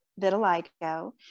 vitiligo